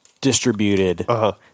distributed